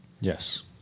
Yes